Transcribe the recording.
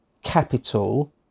capital